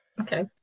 Okay